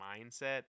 mindset